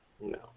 No